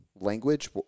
language